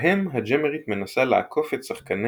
בהם הג'אמרית מנסה לעקוף את שחקני